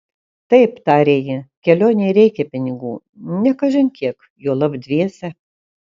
taip tarė ji kelionei reikia pinigų ne kažin kiek juolab dviese